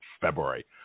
February